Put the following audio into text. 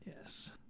Yes